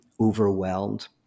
overwhelmed